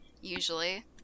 Usually